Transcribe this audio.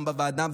גם בוועדה,